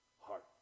heart